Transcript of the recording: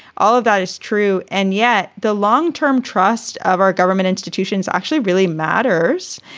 all of that is true. and yet the long term trust of our government institutions actually really matters.